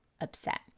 upset